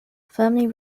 firmly